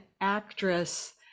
actress